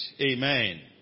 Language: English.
amen